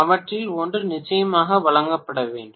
அவற்றில் ஒன்று நிச்சயமாக வழங்கப்பட வேண்டும்